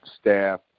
staff